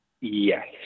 Yes